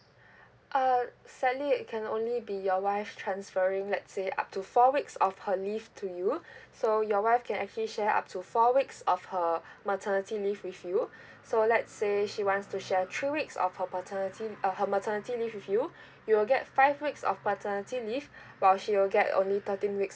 uh sadly it can only be your wife transferring let's say up to four weeks of her leave to you so your wife can actually share up to four weeks of her maternity leave with you so let's say she wants to share three weeks of her paternity uh her maternity leave with you you will get five weeks of paternity leave while she will get only thirteen weeks